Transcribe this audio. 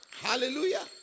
Hallelujah